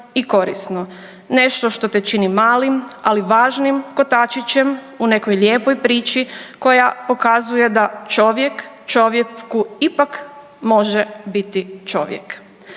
i korisno, nešto što te čini malim, ali važnim kotačićem u nekoj lijepoj priči koja pokazuje da čovjek čovjeku ipak može biti čovjek.